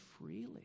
freely